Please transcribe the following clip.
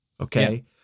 Okay